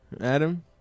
Adam